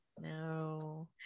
No